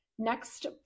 Next